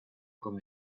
con